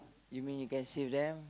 you mean you can save them